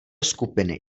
skupiny